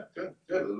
כן, כן.